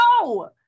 no